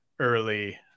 early